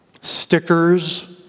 stickers